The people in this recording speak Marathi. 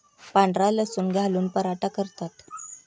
पांढरा लसूण घालून पराठा करतात